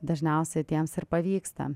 dažniausiai tiems ir pavyksta